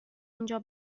اینجا